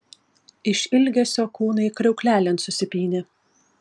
iš ilgesio kūnai kriauklelėn susipynė